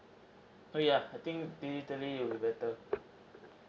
oh yeah I think digitally would be better